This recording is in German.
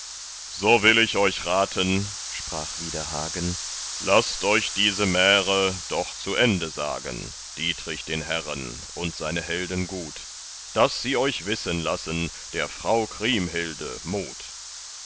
so will ich euch raten sprach wieder hagen laßt euch diese märe doch zu ende sagen dietrich den herren und seine helden gut daß sie euch wissen lassen der frau kriemhilde mut